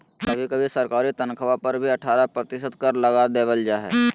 कभी कभी सरकारी तन्ख्वाह पर भी अट्ठारह प्रतिशत कर लगा देबल जा हइ